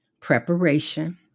Preparation